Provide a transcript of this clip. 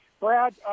Brad